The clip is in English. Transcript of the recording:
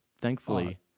thankfully